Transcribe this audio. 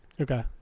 Okay